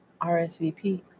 RSVP